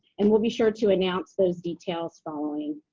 and we'll be sure to announce those details following.